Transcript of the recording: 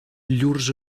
llurs